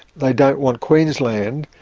they don't want queensland,